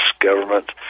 government